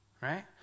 Right